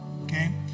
Okay